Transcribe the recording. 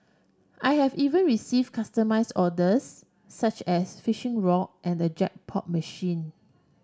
I have even receive customise orders such as fishing rod and jackpot machine